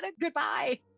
goodbye